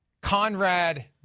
Conrad